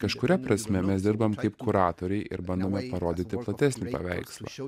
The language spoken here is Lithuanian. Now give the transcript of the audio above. kažkuria prasme mes dirbam kaip kuratoriai ir bandome parodyti platesnį paveikslą